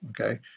Okay